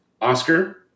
Oscar